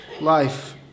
life